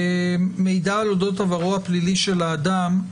"מידע על אודות עברו הפלילי של האדם".